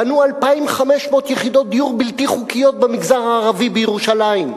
בנו 2,500 יחידות דיור בלתי חוקיות במגזר הערבי בירושלים.